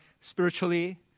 spiritually